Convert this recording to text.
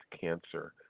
cancer